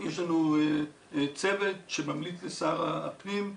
יש לנו צוות שממליץ לשר הפנים.